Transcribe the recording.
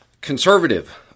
Conservative